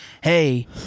hey